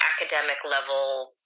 academic-level